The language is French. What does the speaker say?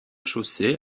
chaussée